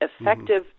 effective